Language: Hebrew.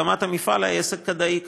הקמת המפעל הייתה עסק כדאי כלכלית,